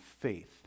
faith